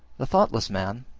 the thoughtless man,